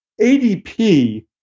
ADP